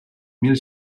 mil